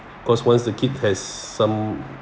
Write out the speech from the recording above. cause once the kid has some